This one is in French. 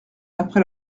après